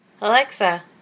Alexa